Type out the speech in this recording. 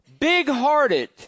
big-hearted